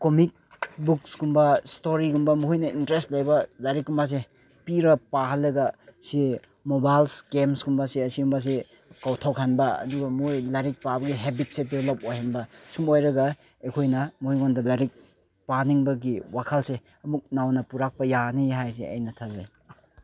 comic ꯕꯨꯛꯁꯀꯨꯝꯕ ꯏꯁꯇꯣꯔꯤꯒꯨꯝꯕ ꯃꯈꯣꯏꯅ ꯏꯟꯇꯔꯦꯁ ꯂꯩꯕ ꯂꯥꯏꯔꯤꯛꯀꯨꯝꯕꯁꯦ ꯄꯤꯔꯒ ꯄꯥꯍꯜꯂꯒ ꯁꯦ ꯃꯣꯕꯥꯏꯜꯁ ꯒꯦꯝꯁꯀꯨꯝꯕꯁꯦ ꯑꯁꯤꯒꯨꯝꯕꯁꯦ ꯀꯥꯎꯊꯣꯛꯍꯟꯕ ꯑꯗꯨꯒ ꯃꯣꯏ ꯂꯥꯏꯔꯤꯛ ꯄꯥꯕꯒꯤ ꯍꯦꯕꯤꯠꯁꯦ ꯗꯦꯕ꯭ꯂꯞ ꯑꯣꯏꯍꯟꯕ ꯁꯨꯝꯕ ꯑꯣꯏꯔꯒ ꯑꯩꯈꯣꯏꯅ ꯃꯣꯏꯉꯣꯟꯗ ꯂꯥꯏꯔꯤꯛ ꯄꯥꯅꯤꯡꯕꯒꯤ ꯋꯥꯈꯜꯁꯦ ꯑꯃꯨꯛ ꯅꯧꯅ ꯄꯨꯔꯛꯄ ꯌꯥꯅꯤ ꯍꯥꯏꯁꯦ ꯑꯩꯅ ꯈꯜꯂꯦ